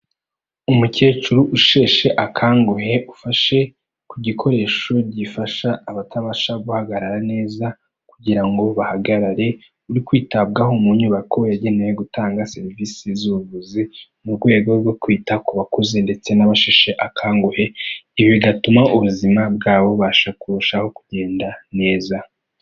Umukecuru usheshe akanguhe, ufashe ku gikoresho gifasha abatabasha guhagarara neza kugira ngo bahagarare; uri kwitabwaho mu nyubako yagenewe gutanga serivisi z'ubuvuzi mu rwego rwo kwita ku bakuze ndetse n'abasheshe akanguhe; ibi bigatuma ubuzima bwabo bubasha kurushaho kugenda neza.